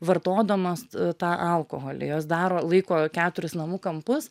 vartodamos tą alkoholį jos daro laiko keturis namų kampus